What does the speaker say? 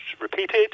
repeated